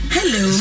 Hello